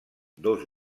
dos